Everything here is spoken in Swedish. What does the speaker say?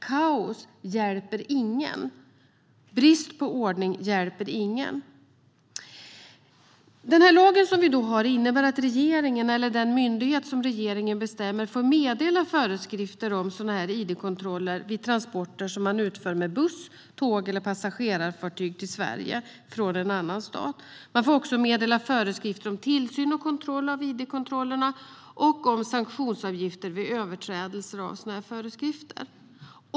Kaos hjälper ingen, och brist på ordning hjälper ingen. Lagen innebär att regeringen, eller den myndighet som regeringen bestämmer, får meddela föreskrifter om id-kontroller vid transporter som utförs med buss, tåg eller passagerarfartyg till Sverige från en annan stat. Man får också meddela föreskrifter om tillsyn och kontroll av id-kontrollerna och om sanktionsavgifter vid överträdelser av sådana föreskrifter.